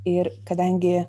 ir kadangi